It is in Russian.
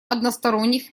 односторонних